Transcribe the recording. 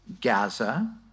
Gaza